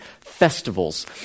festivals